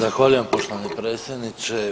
Zahvaljujem poštovani potpredsjedniče.